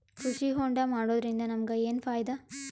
ಕೃಷಿ ಹೋಂಡಾ ಮಾಡೋದ್ರಿಂದ ನಮಗ ಏನ್ ಫಾಯಿದಾ?